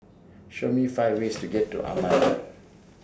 Show Me five ways to get to Amman